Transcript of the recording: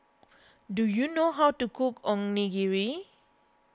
do you know how to cook Onigiri